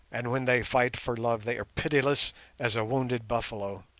and when they fight for love they are pitiless as a wounded buffalo.